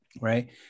right